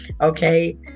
Okay